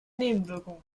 nebenwirkungen